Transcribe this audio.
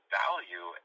value